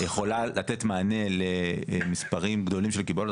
יכולה לתת מענה למספרים גדולים של קיבולת,